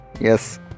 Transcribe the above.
Yes